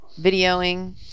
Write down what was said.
videoing